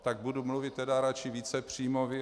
Tak budu mluvit radši vícepříjmový.